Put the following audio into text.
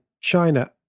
China